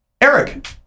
Eric